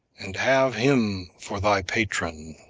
and have him for thy patron.